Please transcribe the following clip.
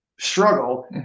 struggle